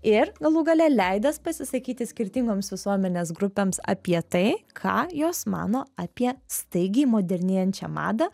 ir galų gale leidęs pasisakyti skirtingoms visuomenės grupėms apie tai ką jos mano apie staigiai modernėjančią madą